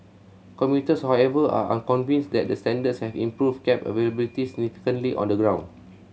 commuters however are unconvinced that the standards have improved cab availability significantly on the ground